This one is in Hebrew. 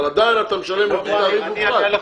אבל עדיין אתה משלם לפי התעריף.